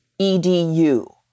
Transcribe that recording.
edu